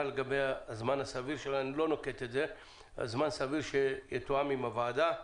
לגבי הזמן הסביר שיתואם עם הוועדה.